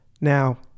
now